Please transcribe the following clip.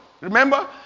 Remember